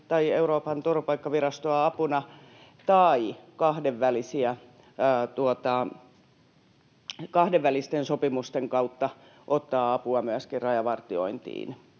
tai Euroopan turvapaikkavirastoa, tai myöskin kahdenvälisten sopimusten kautta ottaa apua rajavartiointiin,